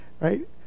Right